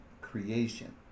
creation